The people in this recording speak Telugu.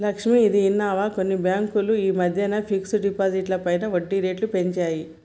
లక్ష్మి, ఇది విన్నావా కొన్ని బ్యాంకులు ఈ మధ్యన ఫిక్స్డ్ డిపాజిట్లపై వడ్డీ రేట్లు పెంచాయి